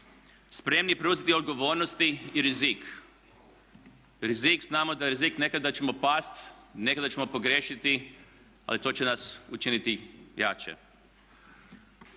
Spremni preuzeti odgovornosti i rizik. Rizik, znamo da je rizik nekada ćemo pasti, nekada ćemo pogriješiti, ali to će nas učiniti jače.